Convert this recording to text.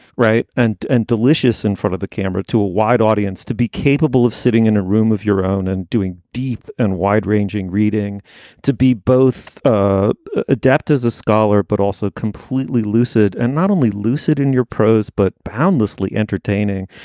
right. and and delicious in front of the camera to a wide audience to be capable of sitting in a room of your own and doing deep and wide ranging reading to be both ah adept as a scholar, but also completely lucid and not only lucid in your prose, but boundlessly entertaining,